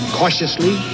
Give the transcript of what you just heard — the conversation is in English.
cautiously